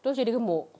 terus jadi gemuk